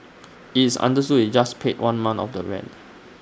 IT is understood he just paid one month of the rent